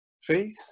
Faith